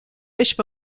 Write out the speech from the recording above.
bishop